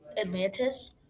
Atlantis